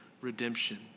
redemption